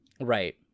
right